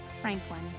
Franklin